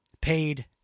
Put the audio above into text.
paid